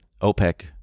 OPEC